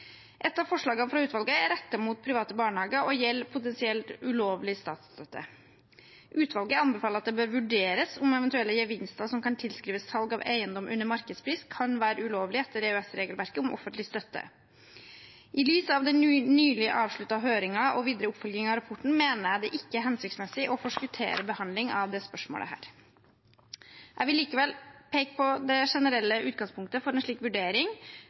av forslagene fra utvalget er rettet mot private barnehager og gjelder potensielt ulovlig statsstøtte. Utvalget anbefaler at det bør vurderes om eventuelle gevinster som kan tilskrives salg av eiendom under markedspris, kan være ulovlig etter EØS-regelverket om offentlig støtte. I lys av den nylig avsluttede høringen og videre oppfølging av rapporten mener jeg det ikke er hensiktsmessig å forskuttere behandling av dette spørsmålet her. Jeg vil likevel peke på det generelle utgangspunktet for en slik vurdering.